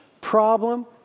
problem